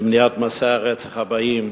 למניעת מעשי הרצח הבאים,